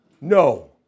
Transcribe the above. No